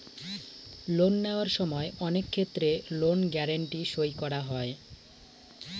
loan নেওয়ার সময় অনেক ক্ষেত্রে লোন গ্যারান্টি সই করা হয়